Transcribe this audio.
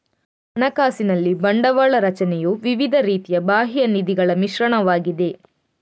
ಹಣಕಾಸಿನಲ್ಲಿ ಬಂಡವಾಳ ರಚನೆಯು ವಿವಿಧ ರೀತಿಯ ಬಾಹ್ಯ ನಿಧಿಗಳ ಮಿಶ್ರಣವಾಗಿದೆ